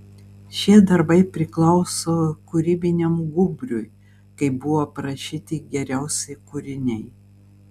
šie darbai priklauso kūrybiniam gūbriui kai buvo parašyti geriausi kūriniai